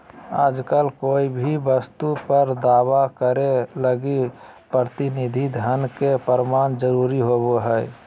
आजकल कोय भी वस्तु पर दावा करे लगी प्रतिनिधि धन के प्रमाण जरूरी होवो हय